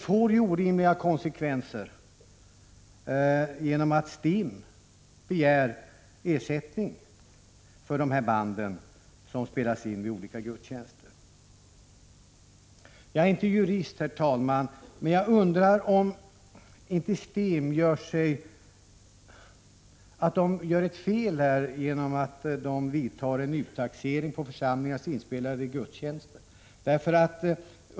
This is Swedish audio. Att STIM nu begär ersättning för inspelning av gudstjänster kommer att få orimliga konsekvenser. Jag är inte jurist, herr talman, men jag undrar om inte STIM här gör ett fel genom att företa en uttaxering på församlingars inspelningar vid gudstjänster.